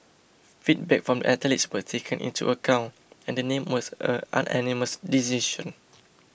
feedback from athletes were taken into account and the name was a unanimous decision